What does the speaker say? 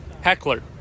Heckler